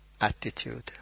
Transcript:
attitude